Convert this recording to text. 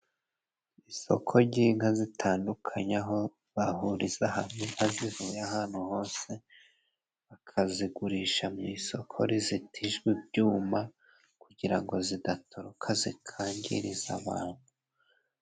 Isoko ry'inka zitandukanye aho bahuriza hamwe inka zivuye ahantu hose bakazigurisha mu isoko rizitijwe ibyuma kugira ngo zidatoroka zikangiriza abantu.